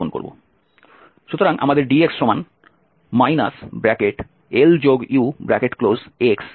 সুতরাং আমাদের Dx LUxb আছে